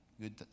good